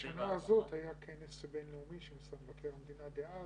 בשנה הזאת היה כנס בין-לאומי שעשה מבקר המדינה דאז,